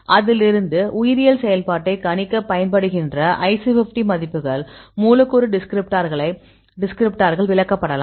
அதிலிருந்து உயிரியல் செயல்பாட்டைக் கணிக்கப் பயன்படுகிற IC50 மதிப்புகள் மூலக்கூறு டிஸ்கிரிப்டார்கள் விளக்கப்படலாம்